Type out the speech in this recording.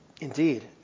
Indeed